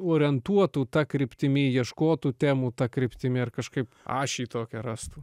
orientuotų ta kryptimi ieškotų temų ta kryptimi ar kažkaip ašį tokią rastų